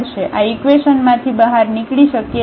આ ઇકવેશન માંથી બહાર નીકળી શકીએ છીએ